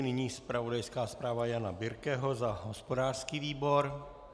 Nyní zpravodajská zpráva Jana Birkeho za hospodářský výbor.